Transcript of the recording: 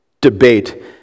debate